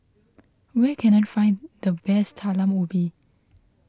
where can I find the best Talam Ubi